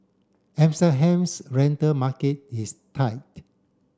rental market is tight